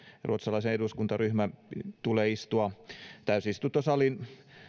ruotsalaisen eduskuntaryhmän tulee istua täysistuntosalin